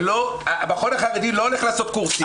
המכון החרדי לא הולך לעשות קורסים.